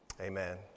Amen